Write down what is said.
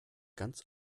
ganz